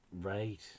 Right